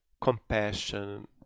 compassion